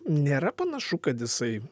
nėra panašu kad jisai